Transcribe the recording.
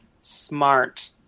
smart